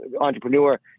entrepreneur